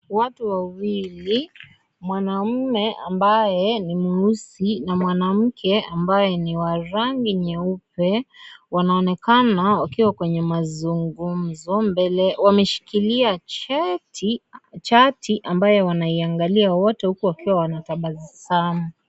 Watu wawili, mwanaume ambaye ni mweusi na mwamke ambaye ni wa rangi nyeupe wanaonekana wakiwa kwenye mazungumzo, wameshikilia chati ambayo wanaiangalia wote huku wanatabasamu.